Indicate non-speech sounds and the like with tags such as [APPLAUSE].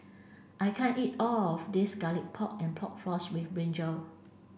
I can't eat all of this garlic pork and pork floss with [UNINTELLIGIBLE]